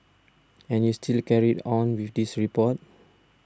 and you still carried on with this report